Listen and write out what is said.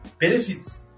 benefits